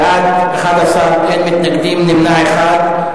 בעד, 11, אין מתנגדים, נמנע אחד.